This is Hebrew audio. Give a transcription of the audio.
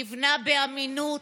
נבנה באמינות,